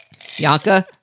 Yanka